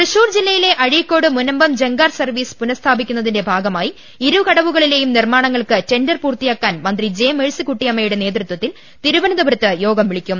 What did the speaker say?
തൃശൂർ ജില്ലയിലെ അഴീക്കോട് മുനമ്പം ജങ്കാർ സർവീസ് പുന സ്ഥാപിക്കുന്നതിന്റെ ഭാഗമായി ഇരു കടവുകളിലെയും നിർമ്മാണ ങ്ങൾക്ക് ടെണ്ടർ പൂർത്തിയാക്കാൻ മന്ത്രി ജെ മേഴ്സിക്കുട്ടിയമ്മ യുടെ നേതൃത്വത്തിൽ തിരുവനന്തപുരത്ത് യോഗം വിളിക്കും